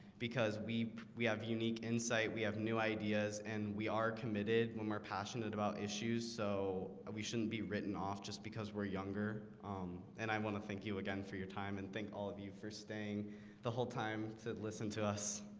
because we we have a unique insight we have new ideas and we are committed when we're passionate about issues so we shouldn't be written off just because we're younger um and i want to thank you again for your time and thank all of you for staying the whole time to listen to us